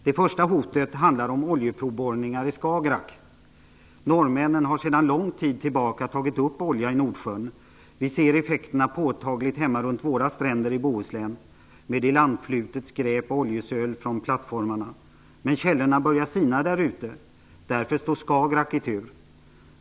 Det första hotet handlar om oljeprovborrningar i Skagerrak. Norrmännen har sedan lång tid tillbaka tagit upp olja i Nordsjön. Vi ser effekterna påtagligt runt våra stränder hemma i Bohuslän med ilandflutet skräp och oljesöl från plattformarna. Källorna börjar sina där ute. Därför står Skagerrak i tur.